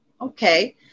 Okay